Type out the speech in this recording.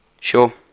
Sure